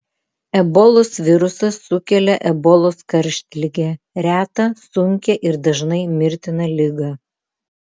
ebolos virusas sukelia ebolos karštligę retą sunkią ir dažnai mirtiną ligą